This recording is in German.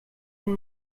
von